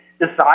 decide